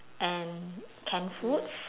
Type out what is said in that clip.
and canned foods